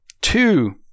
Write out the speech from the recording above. two